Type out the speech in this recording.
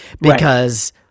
because-